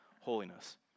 holiness